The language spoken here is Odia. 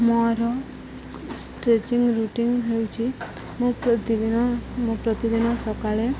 ମୋର ଷ୍ଟ୍ରେଚିଂ ରୁଟିନ୍ ହେଉଛି ମୁଁ ପ୍ରତିଦିନ ମୁଁ ପ୍ରତିଦିନ ସକାଳେ